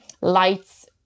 lights